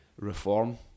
Reform